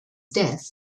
death